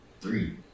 Three